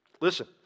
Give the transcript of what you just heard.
Listen